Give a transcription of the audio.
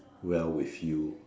well with you